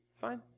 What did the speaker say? Fine